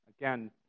again